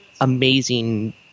amazing